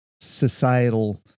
societal